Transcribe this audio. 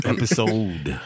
Episode